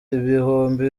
ibihumbi